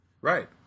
Right